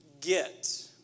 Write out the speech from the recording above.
get